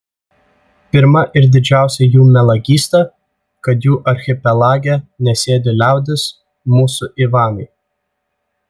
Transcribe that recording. pirma ir didžiausia jų melagystė kad jų archipelage nesėdi liaudis mūsų ivanai